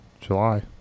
July